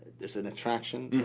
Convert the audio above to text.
there's an attraction.